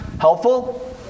Helpful